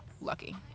lucky